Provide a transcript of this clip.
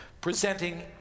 presenting